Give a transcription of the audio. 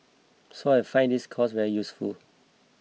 so I find this course very useful